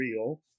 Real